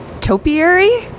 topiary